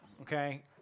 Okay